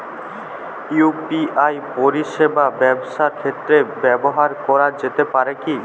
UPI পরিষেবা ব্যবসার ক্ষেত্রে ব্যবহার করা যেতে পারে কি?